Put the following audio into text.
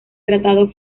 tratado